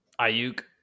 Ayuk